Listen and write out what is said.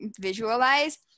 visualize